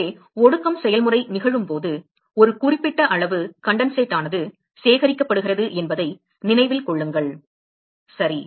எனவே ஒடுக்கம் செயல்முறை நிகழும்போது ஒரு குறிப்பிட்ட அளவு கண்டன்சேட் ஆனது சேகரிக்கப்படுகிறது என்பதை நினைவில் கொள்ளுங்கள் சரி